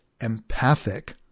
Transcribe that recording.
empathic